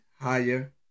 higher